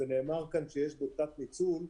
ונאמר כאן שיש בו תת ניצול.